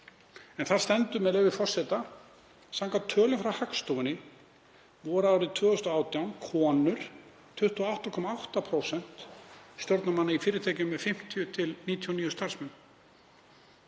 en þar stendur, með leyfi forseta: „Samkvæmt tölum frá Hagstofunni voru árið 2018 konur 28,8% stjórnarmanna í fyrirtækjum með 50–99 starfsmenn,